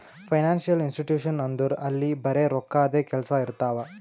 financial institution ಅಂದುರ್ ಅಲ್ಲಿ ಬರೆ ರೋಕ್ಕಾದೆ ಕೆಲ್ಸಾ ಇರ್ತಾವ